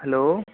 hello